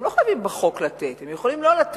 הם לא חייבים בחוק לתת, הם יכולים לא לתת,